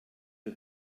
wir